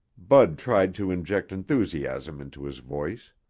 bud tried to inject enthusiasm into his voice.